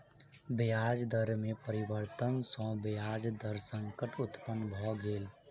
ब्याज दर में परिवर्तन सॅ ब्याज दर संकट उत्पन्न भ गेल